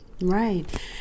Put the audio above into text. Right